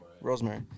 Rosemary